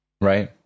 right